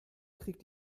krieg